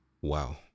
Wow